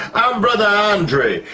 brother andre.